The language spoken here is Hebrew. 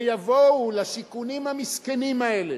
ויבואו לשיכונים המסכנים האלה,